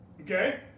okay